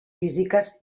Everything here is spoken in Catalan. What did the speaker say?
físiques